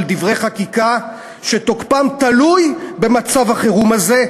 דברי חקיקה שתוקפם תלוי במצב החירום הזה,